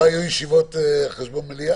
לא היו ישיבות על חשבון מליאה?